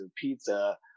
pizza